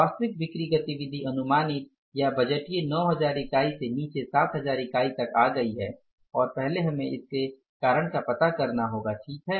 वास्तविक बिक्री गतिविधि अनुमानित या बजटीय 9000 इकाई से नीचे 7000 इकाई तक आ गई है और पहले हमें इसका कारण पता करना होगा ठीक है